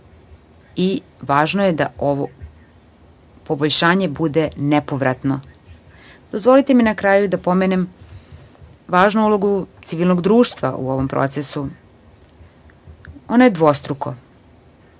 i važno je da ovo poboljšanje bude nepovratno. Dozvolite mi na kraju da pomenem važnu ulogu civilnog društva u ovom procesu. Ono je dvostruko.